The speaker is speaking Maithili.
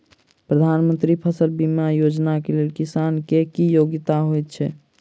प्रधानमंत्री फसल बीमा योजना केँ लेल किसान केँ की योग्यता होइत छै?